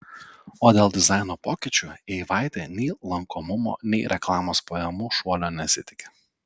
o dėl dizaino pokyčių eivaitė nei lankomumo nei reklamos pajamų šuolio nesitiki